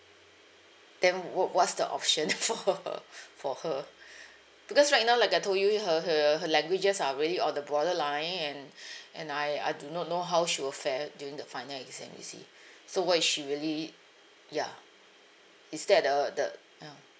then what what's the option for for her because right now like I told you her her her languages are really on the borderline and and I I do not know how she would fail during the final exam you see so what if she really ya is that a the ya